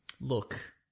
look